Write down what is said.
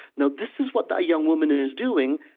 now, this is what that young woman is doing,